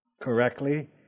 correctly